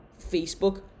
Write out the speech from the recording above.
Facebook